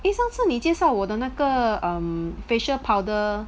eh 上次你介绍我的那个 um facial powder